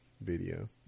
video